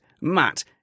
Matt